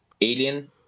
Alien